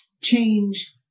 change